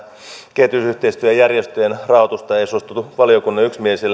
kehitysyhteistyöjärjestöjen rahoitusta ei suostuttu